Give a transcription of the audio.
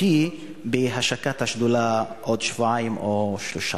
אותי בהשקת השדולה בעוד שבועיים או שלושה.